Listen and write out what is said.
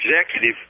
executive